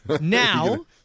Now